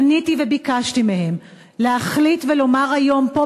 פניתי וביקשתי מהם להחליט ולומר היום פה,